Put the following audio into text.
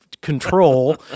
control